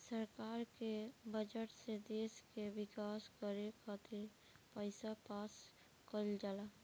सरकार के बजट से देश के विकास करे खातिर पईसा पास कईल जाला